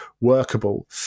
workable